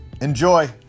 Enjoy